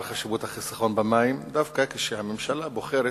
חשיבות החיסכון במים דווקא כשהממשלה בוחרת,